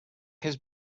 his